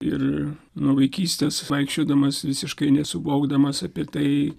ir nuo vaikystės vaikščiodamas visiškai nesuvokdamas apie tai